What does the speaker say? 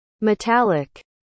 Metallic